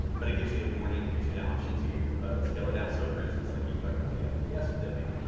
but it gives you, the warning, gives you the option to scale it down. so, for instance, like you were talking about the yeah fps dipping.